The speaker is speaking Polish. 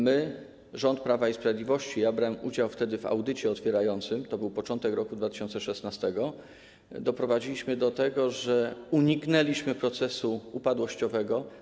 My, rząd Prawa i Sprawiedliwości, brałem wtedy udział w audycie otwierającym, to był początek roku 2016, doprowadziliśmy do tego, że uniknęliśmy procesu upadłościowego.